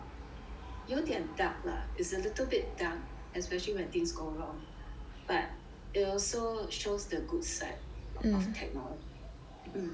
有点 dark lah it's a little bit dark especially when things go wrong but it also shows the good side of technology hmm